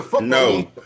No